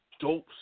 dope